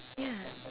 ya